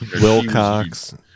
wilcox